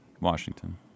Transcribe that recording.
Washington